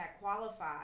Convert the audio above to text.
qualify